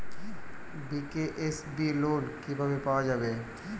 BKSB loan কিভাবে পাওয়া যাবে?